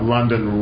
London